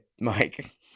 Mike